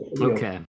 okay